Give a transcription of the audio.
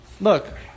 look